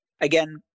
again